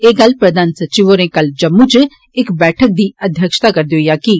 एह गल्ल प्रधान सचिव होरे कल जम्मू च इक बैठक गी अध्यक्षता करदे होई आक्खी